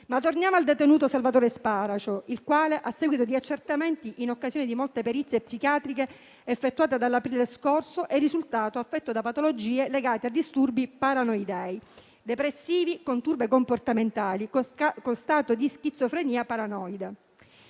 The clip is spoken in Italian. Torniamo però al detenuto Salvatore Sparacio, il quale, a seguito di accertamenti, in occasione di molte perizie psichiatriche effettuate dall'aprile scorso, è risultato affetto da patologie legate a disturbi paranoidi e depressivi, con turbe comportamentali e stato di schizofrenia paranoide.